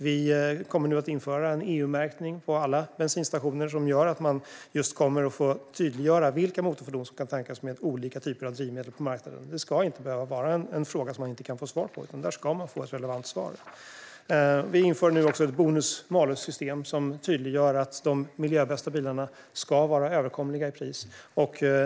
Vi kommer nu att införa en EU-märkning på alla bensinstationer som gör att det blir tydligare vilka motorfordon som kan tankas med olika drivmedel som finns på marknaden. Det ska inte behöva vara en fråga som man inte kan få svar på, utan där ska man få ett relevant svar. Vi inför nu också ett bonus-malus-system som tydliggör att de miljöbästa bilarna ska vara överkomliga i pris.